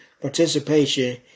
participation